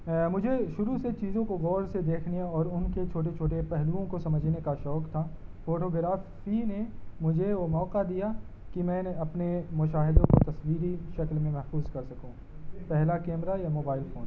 مجھے شروع سے چیزوں کو غور سے دیکھنے اور ان کے چھوٹے چھوٹے پہلوؤں کو سمجھنے کا شوق تھا فوٹو گرافی نے مجھے وہ موقع دیا کہ میں نے اپنے مشاہدوں کی تصویری شکل میں محفوظ کر سکوں پہلا کیمرہ یا موبائل فون